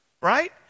Right